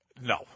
No